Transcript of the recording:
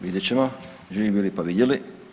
Vidjet ćemo, živi bili pa vidjeli.